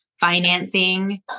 financing